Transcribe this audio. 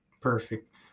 Perfect